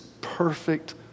perfect